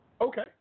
Okay